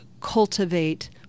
cultivate